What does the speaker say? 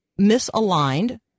misaligned